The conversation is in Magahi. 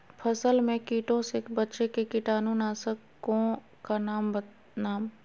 फसल में कीटों से बचे के कीटाणु नाशक ओं का नाम?